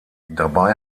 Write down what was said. dabei